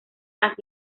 las